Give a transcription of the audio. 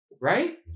Right